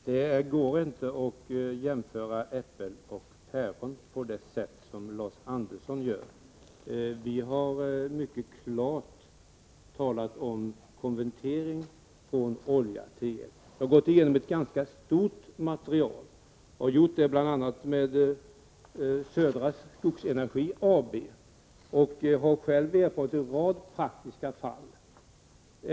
Fru talman! Det går inte att jämföra äpplen och päron på det sätt som Lars Andersson gör. Vi har mycket klart redogjort för konvertering från olja till el. Vi har gått igenom ett ganska stort material, bl.a. tillsammans med Södra Skogsenergi AB. Själv har jag erfarenhet av en rad praktiska fall.